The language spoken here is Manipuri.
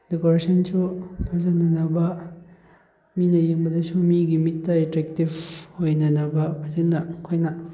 ꯗꯦꯀꯣꯔꯦꯁꯟꯁꯨ ꯐꯖꯅꯅꯕ ꯃꯤꯅ ꯌꯦꯡꯕꯗꯁꯨ ꯃꯤꯒꯤ ꯃꯤꯠꯇ ꯑꯦꯠꯇ꯭ꯔꯦꯛꯇꯤꯞ ꯑꯣꯏꯅꯅꯕ ꯐꯖꯅ ꯑꯩꯈꯣꯏꯅ